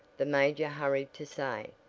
the major hurried to say,